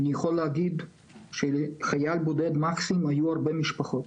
אני יכול להגיד שלחייל בודד כמו מקסים היו הרבה משפחות,